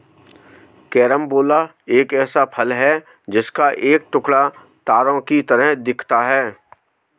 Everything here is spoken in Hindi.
कैरम्बोला एक ऐसा फल है जिसका एक टुकड़ा तारों की तरह दिखता है